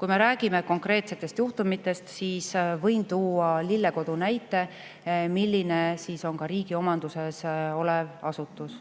Kui me räägime konkreetsetest juhtumitest, siis võin tuua Lille Kodu näite, mis on riigi omanduses olev asutus.